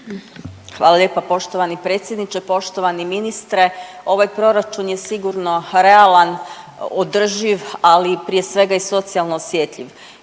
Hvala lijepa poštovani predsjedniče, poštovani ministre. Ovaj proračun je sigurno realan, održiv ali prije svega i socijalno osjetljiv.